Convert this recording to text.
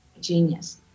genius